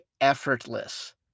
effortless